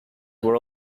were